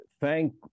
thank